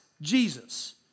Jesus